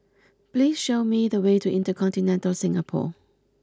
please show me the way to InterContinental Singapore